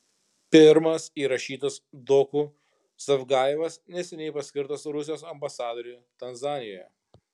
pirmas įrašytas doku zavgajevas neseniai paskirtas rusijos ambasadoriumi tanzanijoje